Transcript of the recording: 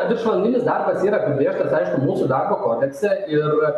viršvalandinis darbas yra apibrėžtas aišku mūsų darbo kodekse ir